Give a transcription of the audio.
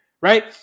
right